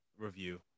review